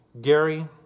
Gary